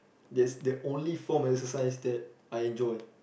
that's the only form of exercise that I enjoy